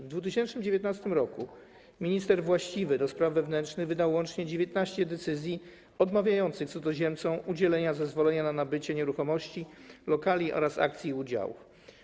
W 2019 r. minister właściwy do spraw wewnętrznych wydał łącznie 19 decyzji odmawiających cudzoziemcom udzielenia zezwolenia na nabycie nieruchomości, lokali oraz akcji i udziałów.